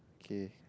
okay